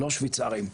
לא שוויצרים,